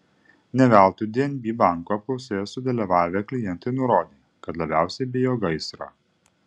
ne veltui dnb banko apklausoje sudalyvavę klientai nurodė kad labiausiai bijo gaisro